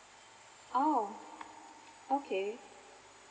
oh okay